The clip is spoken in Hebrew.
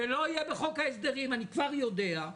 זה לא יהיה בחוק ההסדרים, אני כבר יודע.